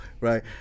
right